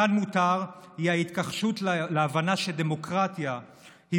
"כאן מותר" הוא ההתכחשות להבנה שדמוקרטיה היא